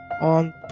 on